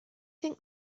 think